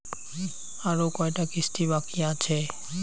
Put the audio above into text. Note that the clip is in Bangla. আরো কয়টা কিস্তি বাকি আছে?